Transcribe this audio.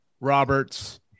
roberts